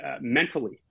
mentally